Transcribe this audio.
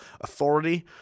authority